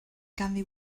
ganddi